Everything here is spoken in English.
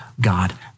God